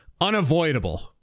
unavoidable